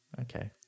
okay